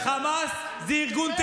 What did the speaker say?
אני מצפה מכם.